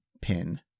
pin